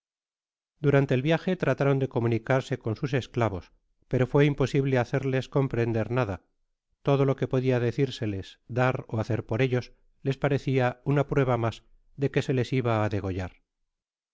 durante el viaje trataron de comuni arse con sus esclavos pero fué imposible hacerles comprenden liad todo lo que podia decirseles dar ó hacer por ellos les parecia content from google book search generated at prueba mas de que so les iba á degollar